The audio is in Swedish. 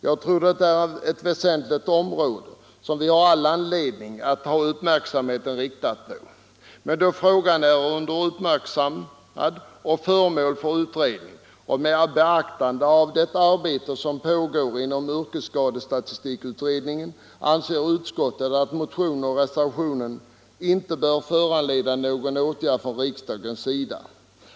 Jag tror att det är ett väsentligt område som vi har all anledning att ha uppmärksamheten riktad på. Men då frågan är uppmärksammad och föremål för utredning och med beaktande av det arbete som pågår inom yrkesskadestatistikutredningen anser utskottet att motionen inte bör föranleda någon åtgärd från riksdagens sida.